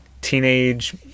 teenage